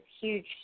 huge